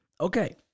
Okay